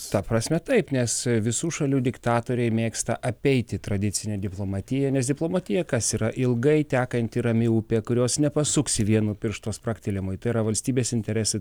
ta prasme taip nes visų šalių diktatoriai mėgsta apeiti tradicinę diplomatiją nes diplomatija kas yra ilgai tekanti rami upė kurios nepasuksi vienu piršto spragtelėjimu tai yra valstybės interesai